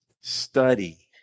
Study